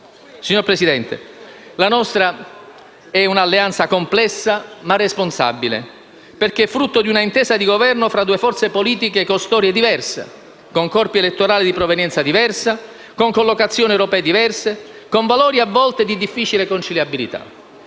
Signor Presidente, la nostra è un'alleanza complessa, ma responsabile, perché è frutto di un'intesa di Governo tra due forze politiche con storie diverse, con corpi elettorali di provenienza diversa, con collocazioni europee diverse, con valori a volte di difficile conciliabilità.